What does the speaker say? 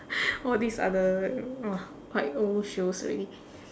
all this are the !wah! quite old shows already